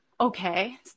Okay